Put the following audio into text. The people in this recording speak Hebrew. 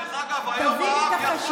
דווקא אתה,